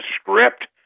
script